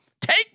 Take